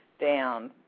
down